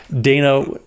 Dana